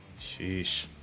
Sheesh